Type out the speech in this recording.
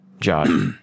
Josh